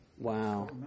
Wow